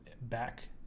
back